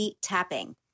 tapping